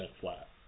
flat